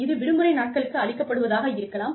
இது விடுமுறை நாட்களுக்கு அளிக்கப்படுவதாக இருக்கலாம்